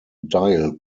dial